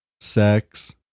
sex